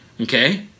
Okay